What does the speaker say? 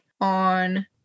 on